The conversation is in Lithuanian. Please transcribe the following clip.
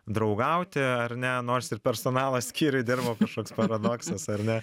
draugauti ar ne nors ir personalo skyriui dirbau kažkoks paradoksas ar ne